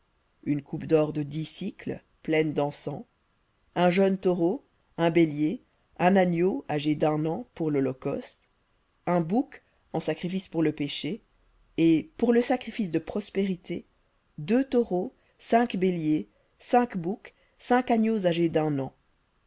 une coupe d'or de dix pleine dencens un jeune taureau un bélier un agneau âgé d'un an pour lholocauste un bouc en sacrifice pour le péché et pour le sacrifice de prospérités deux taureaux cinq béliers cinq boucs cinq agneaux âgés d'un an